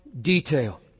detail